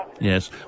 Yes